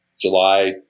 July